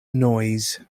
noise